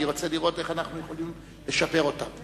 אני רוצה לראות איך אנחנו יכולים לשפר אותה.